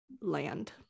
land